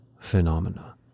phenomena